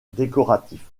décoratifs